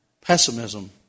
Pessimism